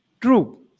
True